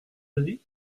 avis